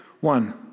One